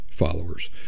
followers